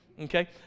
Okay